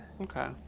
Okay